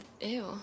Ew